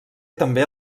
també